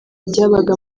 byabaga